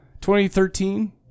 2013